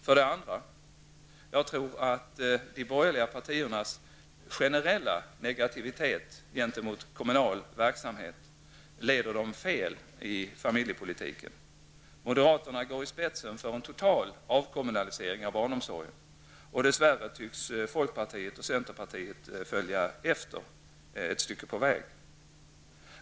För det andra tror jag att de borgerliga partiernas generella negativitet gentemot kommunal verksamhet leder dem fel i familjepolitiken. Moderaterna går i spetsen för en total avkommunalisering av barnomsorgen, och dess värre tycks folkpartiet och centerpartiet följa efter ett stycke på väg.